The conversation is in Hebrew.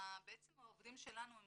העובדים שלנו הם